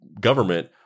government